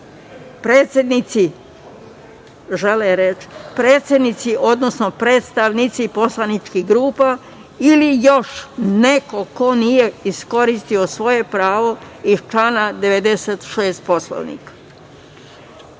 pitam da li ćele reč predsednici, odnosno predstavnici poslaničkih grupa ili još neko ko nije iskoristio svoje pravo iz člana 96. Poslovnika?